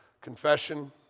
confession